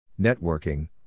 Networking